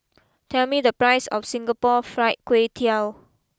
tell me the price of Singapore Fried Kway Tiao